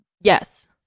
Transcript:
yes